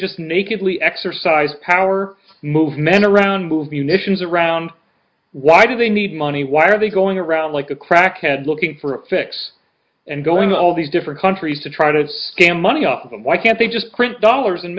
just make me exercise power move men around move unisons around why do they need money why are they going around like a crackhead looking for a fix and going all these different countries to try to scam money off of them why can't they just print dollars and